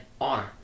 honor